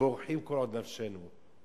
בורחים כל עוד נפשנו?